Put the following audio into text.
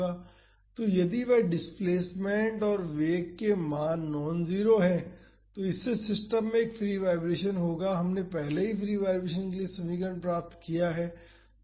तो यदि वह डिस्प्लेसमेंट और वेग के मान नॉन जीरो हैं तो इससे सिस्टम में एक फ्री वाईब्रेशन होगा हमने पहले फ्री वाईब्रेशन के लिए समीकरण प्राप्त किया है